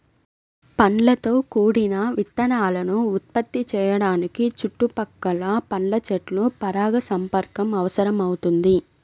పండ్లతో కూడిన విత్తనాలను ఉత్పత్తి చేయడానికి చుట్టుపక్కల పండ్ల చెట్ల పరాగసంపర్కం అవసరమవుతుంది